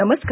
नमस्कार